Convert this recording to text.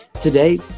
Today